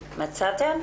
בבקשה.